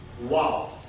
Wow